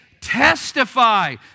testify